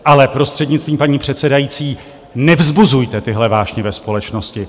Ale, prostřednictvím paní předsedající, nevzbuzujte tyhle vášně ve společnosti!